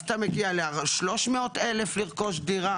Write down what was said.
אז אתה מגיע ל-300,000 לרכוש דירה